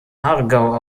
aargau